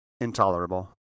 intolerable